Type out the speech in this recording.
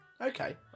okay